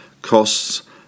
Costs